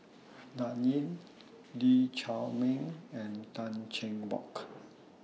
Dan Ying Lee Chiaw Meng and Tan Cheng Bock